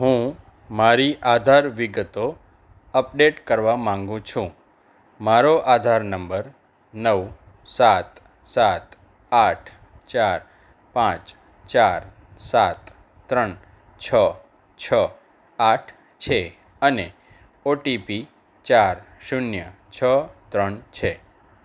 હું મારી આધાર વિગતો અપડેટ કરવા માંગુ છું મારો આધાર નંબર નવ સાત સાત આઠ ચાર પાંચ ચાર સાત ત્રણ છ છ આઠ છે અને ઓટીપી ચાર શૂન્ય છ ત્રણ છે